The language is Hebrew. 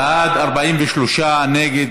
בעד, 43, נגד,